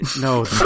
No